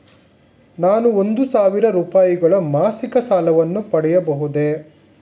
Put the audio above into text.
ನಾನು ಒಂದು ಸಾವಿರ ರೂಪಾಯಿಗಳ ಮಾಸಿಕ ಸಾಲವನ್ನು ಪಡೆಯಬಹುದೇ?